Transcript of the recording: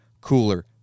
cooler